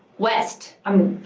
west um